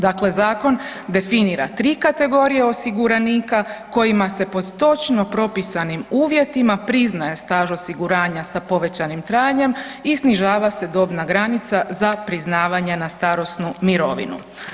Dakle zakon definira tri kategorije osiguranika kojima se po točno propisanim uvjetima priznaje staž osiguranja sa povećanim trajanjem i snižava se dobna granica za priznavanje na starosnu mirovinu.